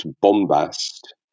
bombast